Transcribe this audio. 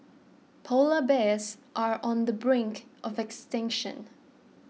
Polar Bears are on the brink of extinction